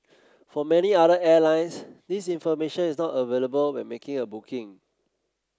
for many other airlines this information is not available when making a booking